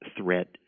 threat